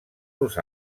los